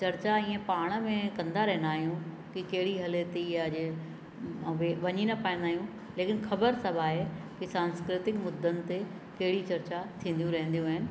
चर्चा ईअं पाण में कंदा रहंदा आहियूं की कहिड़ी हले थी इहा जे व वञी न पाईंदा आहियूं लेकिन ख़बर सभु आहे की सांस्कृतिक मुदनि ते कहिड़ी चर्चा थींदियूं रहंदियूं आहिनि